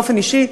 באופן אישי,